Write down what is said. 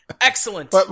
Excellent